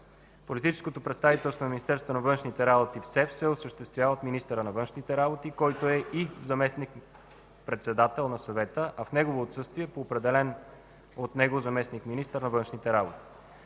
Политическото представителство на Министерството на външните работи в СЕС се осъществява от министъра на външните работи, който е и заместник-председател на Съвета, а в негово отсъствие – от определен от него заместник-министър на външните работи.